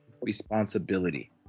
responsibility